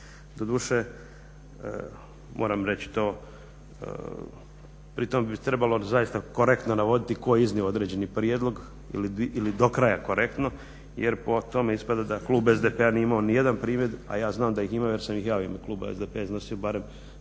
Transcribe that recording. Doduše moram reći to, pritom bi trebalo zaista korektno navoditi tko je iznio određeni prijedlog ili do kraja korektno jer po tome ispada da klub SDP-a nije imao nijedan … a ja znam da ih je imao jer sam ih ja u ime kluba SDP-a iznosio barem